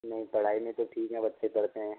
नहीं पढ़ाई में तो ठीक है बच्चे पढ़ते हैं